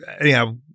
Anyhow